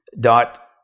dot